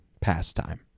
pastime